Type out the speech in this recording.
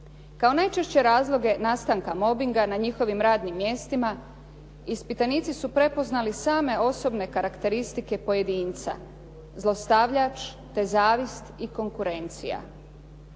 Kao najčešće razloge nastanka mobbinga na njihovim radnim mjestima ispitanici su prepoznali same osobne karakteristike pojedinca, zlostavljač te zavist i konkurencija.